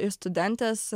iš studentės